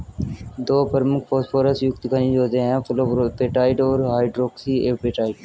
दो प्रमुख फॉस्फोरस युक्त खनिज होते हैं, फ्लोरापेटाइट और हाइड्रोक्सी एपेटाइट